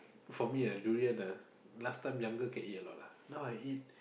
for me ah durian ah last time younger can eat a lot lah now I eat